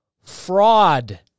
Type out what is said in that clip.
Fraud